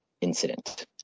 Incident